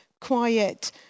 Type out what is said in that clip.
quiet